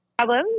Hello